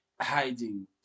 hiding